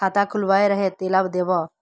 खाता खुलवाय रहे तेला देव?